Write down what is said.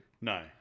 No